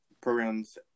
programs